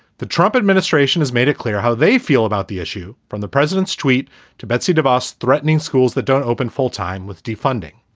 the trump administration has made it clear how they feel about the issue from the president's tweet to betsy devos, threatening schools that don't open full time with defunding.